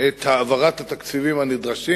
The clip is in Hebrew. את העברת התקציבים הנדרשים.